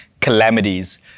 calamities